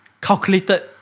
calculated